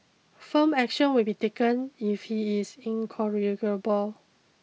firm action will be taken if he is incorrigible